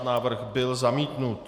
Návrh byl zamítnut.